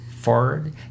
forward